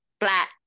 flat